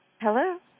Hello